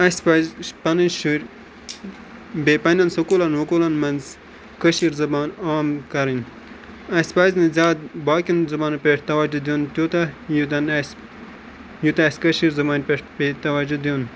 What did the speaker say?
اَسہِ پَزِ پَنٕنۍ شُرۍ بیٚیہِ پَننٮ۪ن سکوٗلن ووکوٗلَن مَنٛز کٲشِر زَبان عام کَرٕنۍ اَسہِ پَزِ نہٕ زیادٕ باقیَن زُبانَن پیٹھ تَوَجوٗ دِیُن تیوٗتاہ یوٗتاہ نہٕ اَسہِ یوٗتاہ اَسہِ کٲشِرِ زَبان پیٹھ پیٚیہِ تَوجوٗ دِیُن